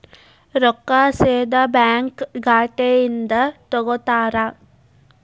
ರೊಕ್ಕಾ ಸೇದಾ ಬ್ಯಾಂಕ್ ಖಾತೆಯಿಂದ ತಗೋತಾರಾ?